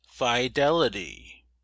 Fidelity